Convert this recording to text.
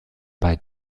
bei